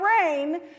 rain